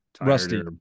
rusty